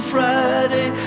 Friday